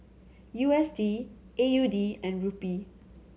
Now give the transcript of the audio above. U S D A U D and Rupee